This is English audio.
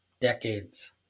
decades